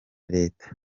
leta